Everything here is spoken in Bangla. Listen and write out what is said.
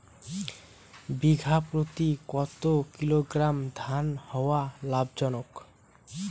বিঘা প্রতি কতো কিলোগ্রাম ধান হওয়া লাভজনক?